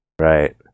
Right